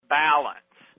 balance